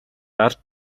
дарж